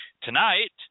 Tonight